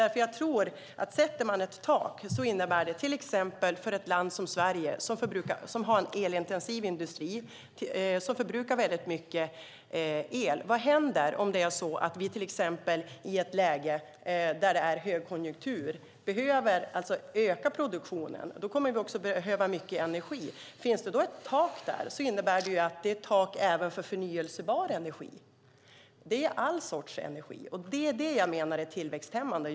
Vad händer för ett land som Sverige med en elintensiv industri som förbrukar mycket el om det är högkonjunktur och vi behöver öka produktionen och därmed behöver mycket energi? Om det då finns ett tak är det ett tak även för förnybar energi; det gäller all sorts energi. Det menar jag är tillväxthämmande.